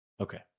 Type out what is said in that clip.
Okay